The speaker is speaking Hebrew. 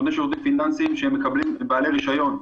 נותני שירותים פיננסיים שהם מקבלים בעלי רישיון.